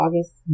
August